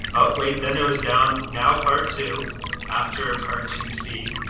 wait, then that was down now part two after part to see